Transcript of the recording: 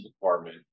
department